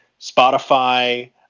Spotify